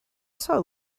saw